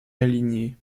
aligné